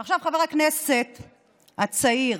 ועכשיו, חבר הכנסת הצעיר.